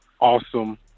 awesome